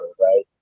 right